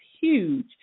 huge